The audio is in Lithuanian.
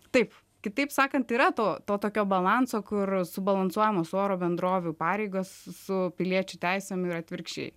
taip kitaip sakant yra to to tokio balanso kur subalansuojamos oro bendrovių pareigos su piliečių teisėm ir atvirkščiai